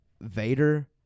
Vader